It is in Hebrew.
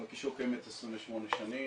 מלכישוע קיימת 28 שנים,